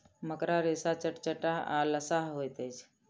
मकड़ा रेशा चटचटाह आ लसाह होइत अछि